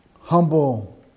humble